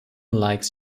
likes